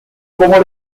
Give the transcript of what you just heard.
cómo